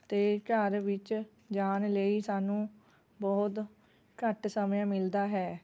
ਅਤੇ ਘਰ ਵਿੱਚ ਜਾਣ ਲਈ ਸਾਨੂੰ ਬਹੁਤ ਘੱਟ ਸਮਾਂ ਮਿਲਦਾ ਹੈ